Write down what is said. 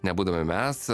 nebūdami mes